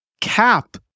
cap